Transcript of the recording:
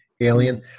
alien